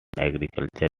agriculture